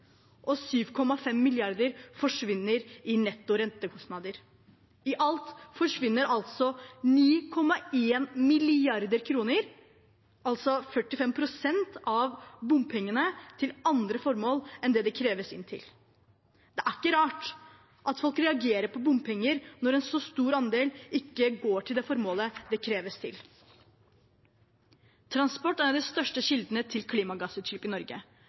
og 7,5 mrd. kr forsvinner i netto rentekostnader. I alt forsvinner 9,1 mrd. kr – altså 45 pst. av bompengene – til andre formål enn det de kreves inn til. Det er ikke rart at folk reagerer på bompenger når en så stor andel ikke går til det formålet det kreves inn til. Transport er den største kilden til klimagassutslipp i Norge.